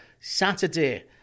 Saturday